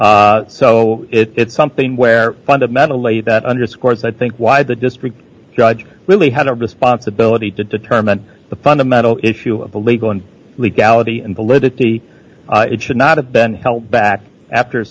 so it's something where fundamentally that underscores i think why the district judge really had a responsibility to determine the fundamental issue of the legal and legality and validity it should not have been held back after